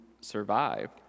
survive